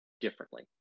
differently